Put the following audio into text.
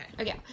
Okay